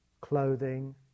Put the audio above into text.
clothing